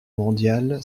mondiale